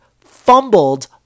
fumbled